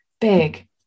big